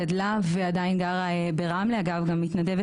גדלה ועדיין מתגוררת ברמלה ומתנדבת